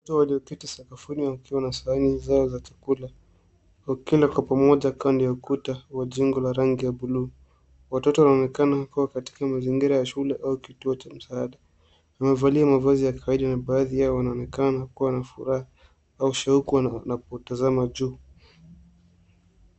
Watoto walioketi sakafuni wakiwa na sahani zao za chakula kwa kila kapu moja kando ya ukuta wa jengo la rangi ya buluu. Watoto wanaonekana wakiwa katika mazingira ya shule au kituo cha msaada. Wamevalia mavazi ya kawaida na baadhi yao wanaonekana wakiwa na furaha au shauku na kutazama juu.